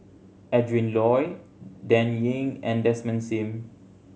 Adrin Loi Dan Ying and Desmond Sim